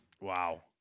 Wow